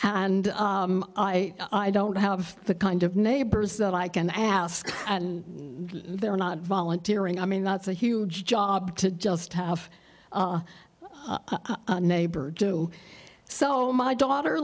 and i don't have the kind of neighbors that i can ask and they're not volunteering i mean that's a huge job to just have a neighbor do so my daughter